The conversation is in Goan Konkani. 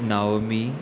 नावमी